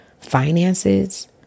finances